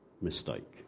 mistake